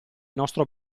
nostro